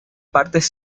partes